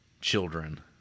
children